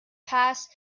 passed